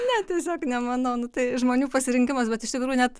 ne tiesiog nemanau nu tai žmonių pasirinkimas bet iš tikrųjų net